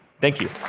thank you.